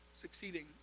Succeeding